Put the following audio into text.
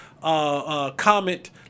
comment